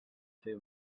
fer